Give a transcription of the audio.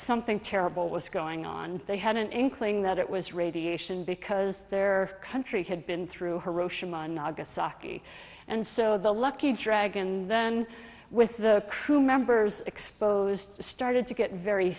something terrible was going on they had an inkling that it was radiation because their country had been through hiroshima and nagasaki and so the lucky dragon then with the crew members exposed started to get very